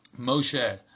Moshe